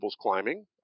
climbing